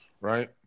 right